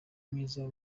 mwiza